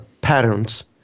patterns